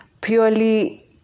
purely